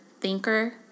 thinker